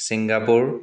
Singapore